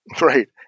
right